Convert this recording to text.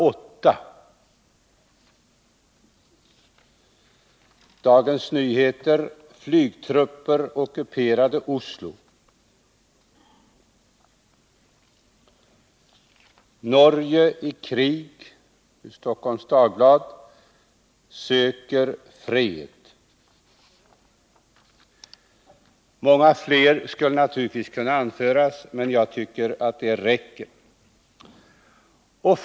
8.” Dagens Nyheter: ”Flygtrupper ockuperade Oslo.” Stockholms Dagblad: ”Norge i krig — söker fred.” Många fler rubriker skulle kunna citeras, men jag tycker att det räcker med dessa.